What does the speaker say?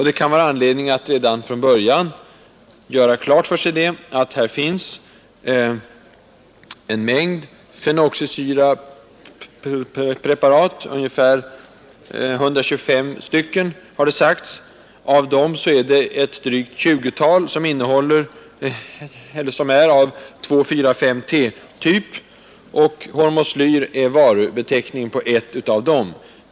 Det kan vara anledning att redan från början göra klart för sig att här finns en mängd fenoxisyrapreparat, ungefär 125 har det sagts. Av dem är drygt ett 20-tal av 2,4,5-T-typ, och hormoslyr är varubeteckningen på ett av dem.